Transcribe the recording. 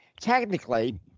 Technically